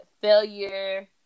failure